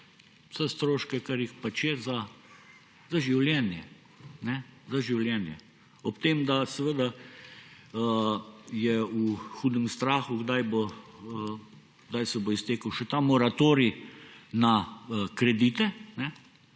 za stroške, kar jih pač je, za življenje. Ob tem, da je v hudem strahu, kdaj se bo iztekel še moratorij na kredite,